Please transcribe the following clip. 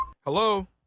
Hello